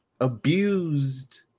Abused